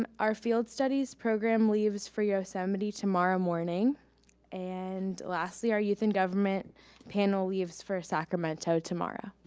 um our field studies program leaves for yosemite tomorrow morning and lastly, our youth and government panel leaves for sacramento tomorrow.